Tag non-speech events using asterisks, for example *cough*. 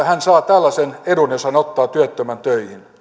*unintelligible* hän saa tällaisen edun jos hän ottaa työttömän töihin luulen